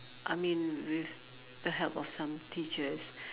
I mean with the help of some teachers